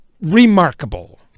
remarkable